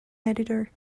editor